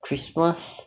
christmas